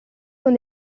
con